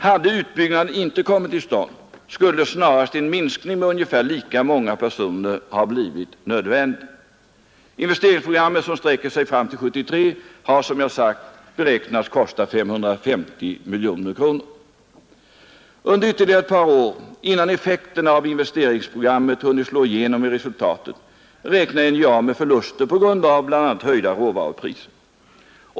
Hade utbyggnaden inte kommit till stånd, skulle snarast en minskning med ungefär lika många personer ha blivit nödvändig. Investeringsprogrammet, som sträcker sig fram till 1973, har — som jag sagt — beräknats kosta 550 miljoner kronor. Under ytterligare ett par år — innan effekterna av investeringsprogrammet hunnit slå igenom i resultatet — räknar NJA med förluster på grund av bl.a. höjda råvarupriser.